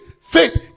Faith